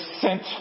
sent